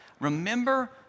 remember